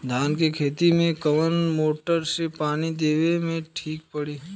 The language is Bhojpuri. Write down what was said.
धान के खेती मे कवन मोटर से पानी देवे मे ठीक पड़ी?